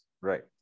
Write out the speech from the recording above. right